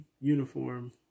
uniform